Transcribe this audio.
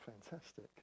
Fantastic